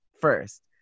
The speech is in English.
first